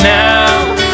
now